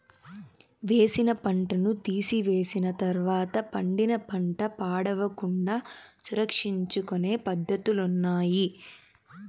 వేసిన పంటను తీసివేసిన తర్వాత పండిన పంట పాడవకుండా సంరక్షించుకొనే పద్ధతులున్నాయి